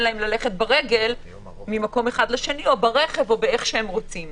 להם ללכת ברגל ממקום אחד לשני או איך שהם רוצים.